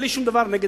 אין לי שום דבר נגד